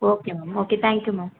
okay ma'am okay thank you ma'am